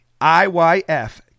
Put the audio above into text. IYF